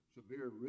severe